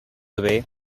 away